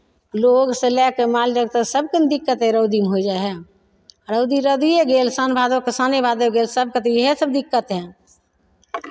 लोकसँ लए कऽ माल जाल सभकेँ ने दिक्कत एहि रौदीमे होय जाइ हइ रौदी रौदिए गेल साओन भादवके साओने भादव गेल सभकेँ तऽ इएहसभ दिक्कत हइ